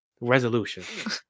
resolution